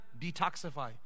detoxify